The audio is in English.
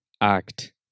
act